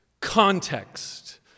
context